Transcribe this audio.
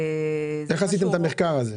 איך עשיתם את המחקר הזה?